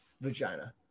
vagina